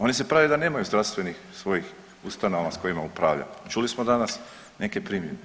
Oni se prave da nemaju zdravstvenih svojih ustanova s kojima upravljaju, čuli smo danas neke primjedbe.